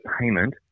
payment